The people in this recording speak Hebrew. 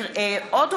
ועוד,